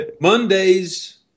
Mondays